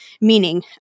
meaning